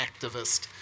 activist